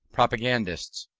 propagandists.